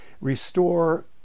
restore